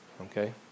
Okay